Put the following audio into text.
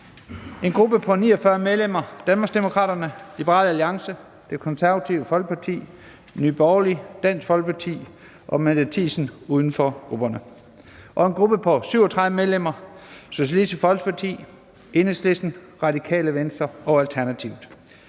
en gruppe på 49 medlemmer: Danmarksdemokraterne, Liberal Alliance, Det Konservative Folkeparti, Nye Borgerlige, Dansk Folkeparti og Mette Thiesen (UFG); og en gruppe på 37 medlemmer: Socialistisk Folkeparti, Enhedslisten, Radikale Venstre og Alternativet.